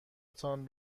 تان